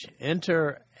Enter